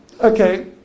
Okay